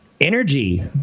Energy